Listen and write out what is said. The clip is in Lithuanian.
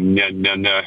ne ne